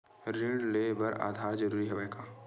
ऋण ले बर आधार जरूरी हवय का?